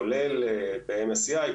כולל ב-NSEI,